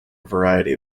variety